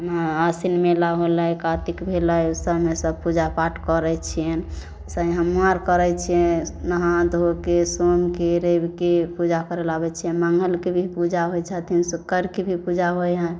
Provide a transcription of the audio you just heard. आशिन मेला होलै कातिक भेलै ओहि सबमे सब पूजा पाठ करै छियनि सङ्गे हमहूॅं आर करै छियै नहा धोके सोमके रविके पूजा करैला आबै छियनि मङ्गलके भी पूजा होइ छथिन सुक्करके भी पूजा होइ है